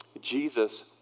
Jesus